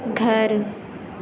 گھر